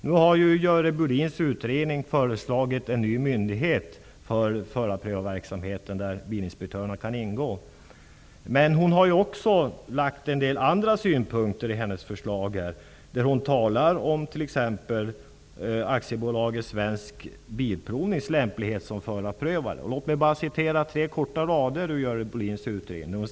Nu har Görel Bohlins utredning föreslagit en ny myndighet för förarprövarverksamheten där Bilinspektörerna kan ingå. Men Görel Bohlin har även andra synpunkter. Hon talar om AB Svensk Låt mig läsa några rader ur Görel Bohlins utredningsförslag.